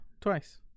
twice